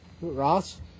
Ross